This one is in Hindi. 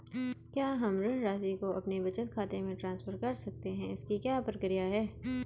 क्या हम ऋण राशि को अपने बचत खाते में ट्रांसफर कर सकते हैं इसकी क्या प्रक्रिया है?